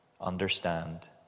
understand